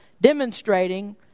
demonstrating